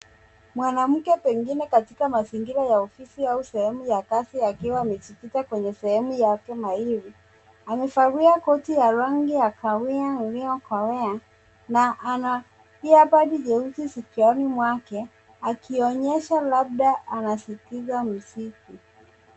Mwanamke pengine katika mazingira ya ofisi au sehemu ya kazi akiwa amejificha kwenye sehemu yake mahiri. Amevalia koti ya rangi ya kahawia iliyokolea na ana earbudi nyeusi sikioni mwake akionyesha labda anasikiza muziki.